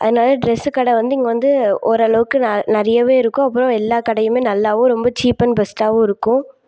அதனால் ட்ரெஸ்ஸு கடை வந்து இங்கே வந்து ஓரளவுக்கு நெ நிறையாவேயிருக்கும் அப்புறம் எல்லா கடையுமே நல்லாவும் ரொம்ப சீப் அண்ட் பெஸ்ட்டாயிருக்கும்